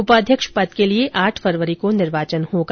उपाध्यक्ष पद के लिए आठ फरवरी को निर्वाचन होगा